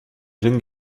jeunes